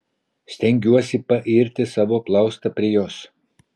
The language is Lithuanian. stengiuosi pairti savo plaustą prie jos